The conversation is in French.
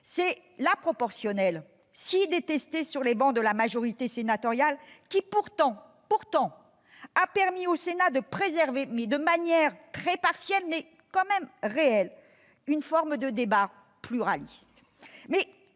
C'est la proportionnelle, tant détestée sur les travées de la majorité sénatoriale, qui a pourtant permis au Sénat de préserver, de manière très partielle mais réelle, une forme de débat pluraliste.